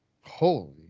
Holy